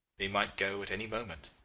they might go at any moment.